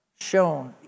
shown